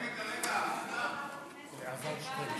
רגע, רגע, אני גם.